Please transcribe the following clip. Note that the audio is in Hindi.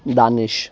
दानिश